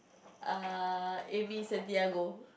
err amy-santiago